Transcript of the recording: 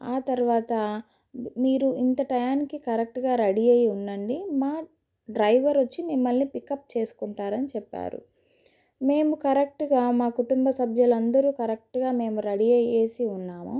ఆ తర్వాత మీరు ఇంత టైంకి కరెక్ట్గా రెడీ అయ్యి ఉండండి మా డ్రైవర్ వచ్చి మిమ్మల్ని పికప్ చేసుకుంటారని చెప్పారు మేము కరెక్ట్గా మా కుటుంబ సభ్యులందరూ కరెక్ట్గా మేము రెడీ అయ్యి ఉన్నాము